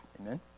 Amen